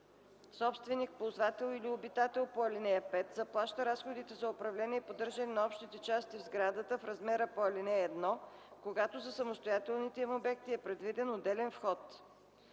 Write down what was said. Собственик, ползвател или обитател по ал. 5 заплаща разходите за управление и поддържане на общите части на сградата в размера по ал. 1, когато за самостоятелните им обекти е предвиден отделен вход.”